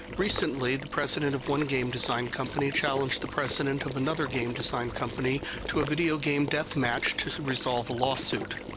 recently the president of one game design company challenged the president of another game design company to a video game death match to resolve a lawsuit.